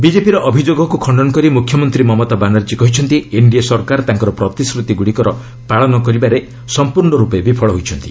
ବିଜେପିର ଅଭିଯୋଗକୁ ଖଣ୍ଡନ କରି ମୁଖ୍ୟମନ୍ତ୍ରୀ ମମତା ବାନାର୍ଜୀ କହିଛନ୍ତି ଏନ୍ଡିଏ ସରକାର ତାଙ୍କର ପ୍ରତିଶ୍ରତିଗୁଡ଼ିକର ପାଳନ କରିବାରେ ସମ୍ପର୍ଶ୍ଣ ରୂପେ ବିଫଳ ହୋଇଛନ୍ତି